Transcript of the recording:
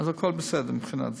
אז הכול בסדר מבחינה זו.